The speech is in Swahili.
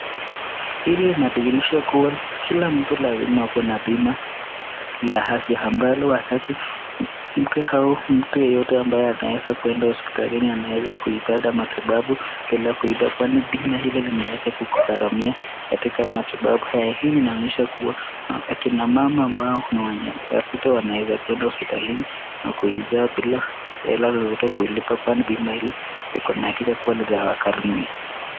Hili linadhihirisha kuwa kila mtu lazima awe na bima la afya ambalo wakati mke au mtu yeyote ambaye anaweza kwenda hospitalini anaweza kuipata matibabu bila kuiba kwani bima hilo linaweza kukukaramia katika matibabu haya. Hili linaonyesha kuwa akina mama ambao ni wanawake wasito wanaweza kwenda hospitalini na kuizaa bila hela ya kulipa kwani bima hilo liko na hakika kuwa litawakarimia.